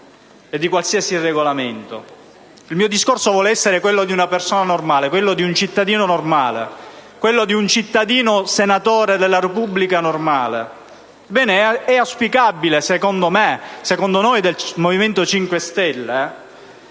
Il mio discorso vuole essere quello di una persona normale, di un cittadino normale, di un cittadino senatore della Repubblica normale. È auspicabile, secondo me e secondo noi del Movimento 5 Stelle,